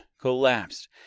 collapsed